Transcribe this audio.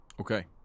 Okay